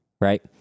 right